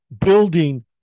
building